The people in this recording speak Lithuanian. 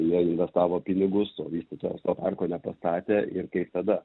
jie investavo pinigus o vystytojas to parko nepastatė ir kaip tada